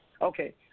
Okay